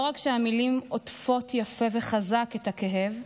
לא רק שהמילים עוטפות יפה וחזק את הכאב,